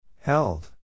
Held